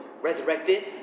resurrected